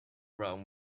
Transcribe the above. rome